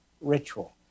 ritual